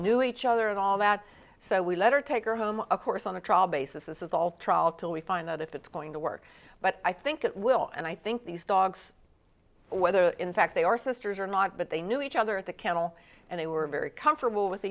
knew each other and all that so we let her take her home a course on a trial basis this is all trial till we find out if it's going to work but i think it will and i think these dogs whether in fact they are sisters or not but they knew each other at the kennel and they were very comfortable with